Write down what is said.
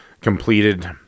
completed